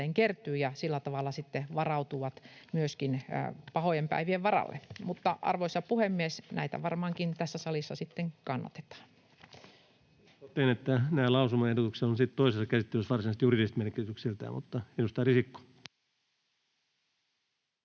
ja sillä tavalla sitten varautuvat myöskin pahojen päivien varalle. Arvoisa puhemies! Näitä varmaankin tässä salissa sitten kannatetaan. Totean, että näillä lausumaehdotuksilla on sitten toisessa käsittelyssä varsinaista juridista merkitystä. — Edustaja Risikko.